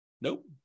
Nope